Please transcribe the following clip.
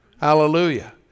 Hallelujah